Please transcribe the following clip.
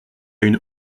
une